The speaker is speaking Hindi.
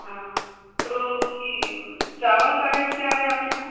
हाँ तो ही चावल का रेट क्या है आपके यहाँ